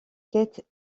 quête